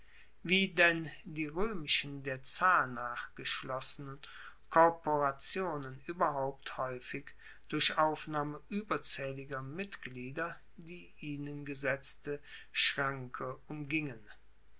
wie denn die roemischen der zahl nach geschlossenen korporationen ueberhaupt haeufig durch aufnahme ueberzaehliger mitglieder die ihnen gesetzte schranke umgingen